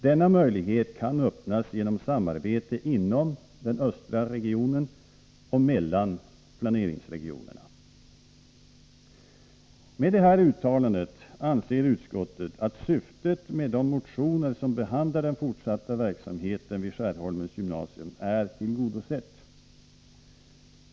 Denna möjlighet kan öppnas genom ett samarbete inom den östra regionen och mellan planeringsregionerna. Med detta uttalande anser utskottet att syftet med de motioner som behandlar den fortsatta verksamheten vid Skärholmens gymnasium är tillgodosett.